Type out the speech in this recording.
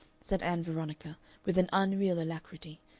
said ann veronica, with an unreal alacrity.